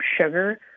sugar